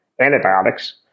antibiotics